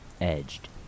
Edged